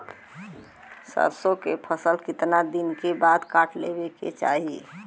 सरसो के फसल कितना दिन के बाद काट लेवे के चाही?